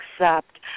accept